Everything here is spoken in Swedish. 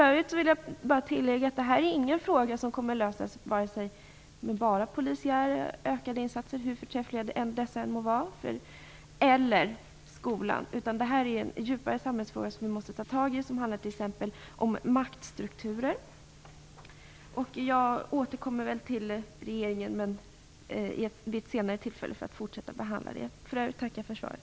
Jag vill bara tillägga att det här inte är en fråga som kommer att lösas, vare sig med ökade polisiära insatser, hur förträffliga de än må vara, eller med hjälp av skolan. Det här är en djupare samhällsfråga som vi måste ta tag i. Den handlar t.ex. om maktstrukturer. Jag återkommer säkert till regeringen vid ett senare tillfälle för att diskutera denna fråga. För övrigt tackar jag för svaret.